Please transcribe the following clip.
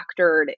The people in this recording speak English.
factored